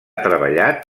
treballat